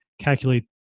calculate